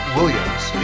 Williams